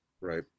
Right